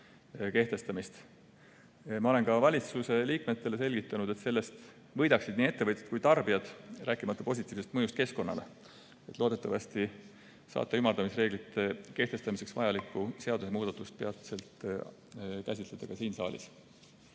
Ma olen ka valitsuse liikmetele selgitanud, et sellest võidaksid nii ettevõtted kui ka tarbijad, rääkimata positiivsest mõjust keskkonnale. Loodetavasti saate ümardamisreeglite kehtestamiseks vajalikku seadusemuudatust peatselt käsitleda ka siin saalis.